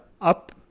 up